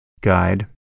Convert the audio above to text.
guide